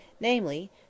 Namely